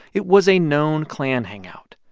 it was a known klan hangout.